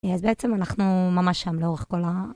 אז בעצם אנחנו ממש שם לאורך כל ה...